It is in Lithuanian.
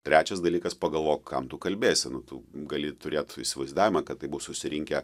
trečias dalykas pagalvok kam tu kalbėsi nu tu gali turėt įsivaizdavimą kad tai bus susirinkę